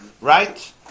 right